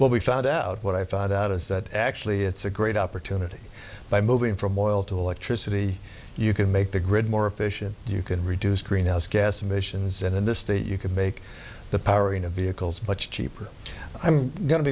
well we found out what i found out is that actually it's a great opportunity by moving for a while to electricity you can make the grid more efficient you could reduce greenhouse gas emissions and in this state you could make the powering of vehicles but cheaper i'm going to